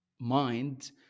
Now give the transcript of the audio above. mind